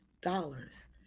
dollars